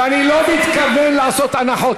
ואני לא מתכוון לעשות הנחות,